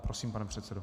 Prosím, pane předsedo.